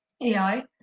ai